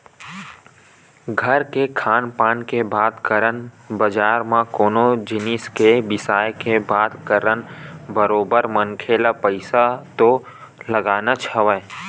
घर के खान पान के बात करन बजार म कोनो जिनिस के बिसाय के बात करन बरोबर मनखे ल पइसा तो लगानाच हवय